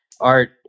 Art